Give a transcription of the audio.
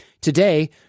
Today